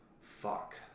fuck